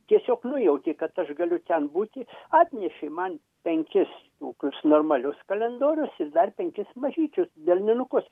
tiesiog nujautė kad aš galiu ten būti atnešė man penkis tokius normalius kalendorius ir dar penkis mažyčius delninukus